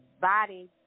body